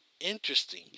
interesting